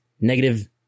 negative